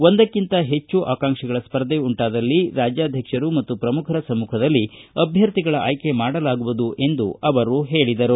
ಒಂದಕ್ಕಿಂತ ಹೆಚ್ಚು ಆಕಾಂಕ್ಷಿಗಳ ಸ್ಪರ್ಧೆ ಉಂಟಾದಲ್ಲಿ ರಾಜ್ಯಾಧ್ವಕ್ಷರು ಮತ್ತು ಪ್ರಮುಖರ ಸಮ್ಮಖದಲ್ಲಿ ಅಭ್ವರ್ಥಿಗಳ ಆಯ್ತೆ ಮಾಡಲಾಗುವುದು ಎಂದು ಅವರು ಹೇಳಿದರು